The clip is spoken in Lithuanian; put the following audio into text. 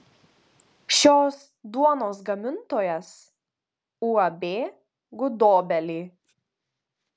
šios duonos gamintojas uab gudobelė